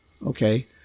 okay